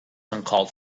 uncalled